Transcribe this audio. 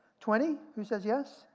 twenty? who says yes?